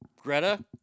Greta